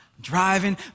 Driving